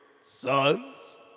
sons